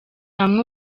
hamwe